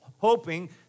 hoping